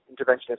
interventionist